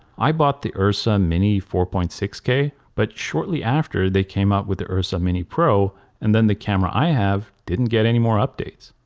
i bought the ursa mini four point six k but shortly after they came out with the ursa mini pro and then the camera i have didn't get any more updates.